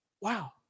Wow